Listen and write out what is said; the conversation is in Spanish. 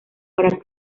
para